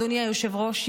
אדוני היושב-ראש,